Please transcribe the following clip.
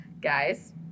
Guys